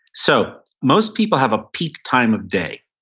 so most people have a peak time of day.